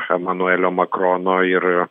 emanuelio makrono ir